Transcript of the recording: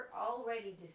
already